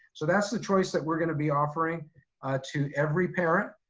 so that's the choice that we're going to be offering to every parent.